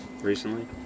recently